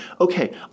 okay